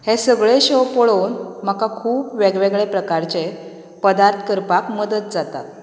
हे सगळे शो पळोवन म्हाका खूब वेगवेगळे प्रकारचे पदार्थ करपाक मदत जाता